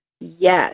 Yes